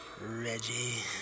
Reggie